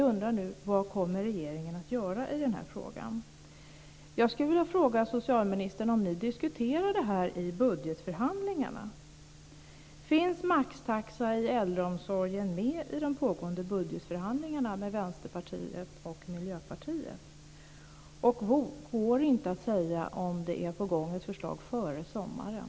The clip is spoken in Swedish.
Går det inte att säga om ett förslag är på gång före sommaren?